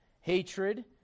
hatred